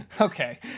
Okay